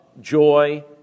joy